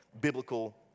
Biblical